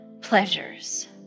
pleasures